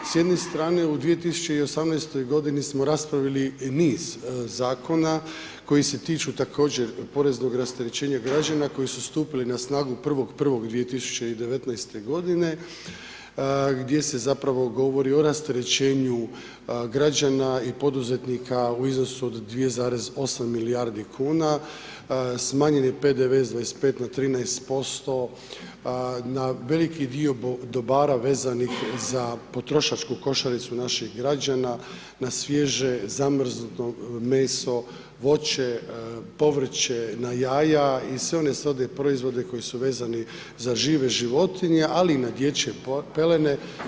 S jedne strane, u 2018.-toj godini smo raspravili niz Zakona koji se tiču također poreznog rasterećenja građana koji su stupili na snagu 1.1.2019.-te godine, gdje se zapravo govori o rasterećenju građana i poduzetnika u iznosu od 2,8 milijardi kuna, smanjen je PDV s 25 na 13% na veliki dio dobara vezanih za potrošačku košaricu naših građana, na svježe zamrznuto meso, voće, povrće, na jaja i sve one srodne proizvode koji su vezane za žive životinje, ali i na dječje pelene.